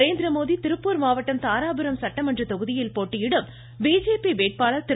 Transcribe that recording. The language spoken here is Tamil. நரேந்திரமோதி திருப்பூர் மாவட்டம் தாராபுரம் சட்டமன்ற தொகுதியில் போட்டியிடும் பிஜேபி வேட்பாளர் திரு